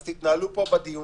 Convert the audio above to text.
שלום.